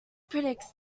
predicts